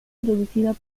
producida